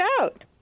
out